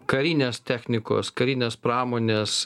karinės technikos karinės pramonės